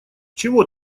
чего